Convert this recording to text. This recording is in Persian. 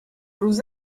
روز